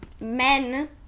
men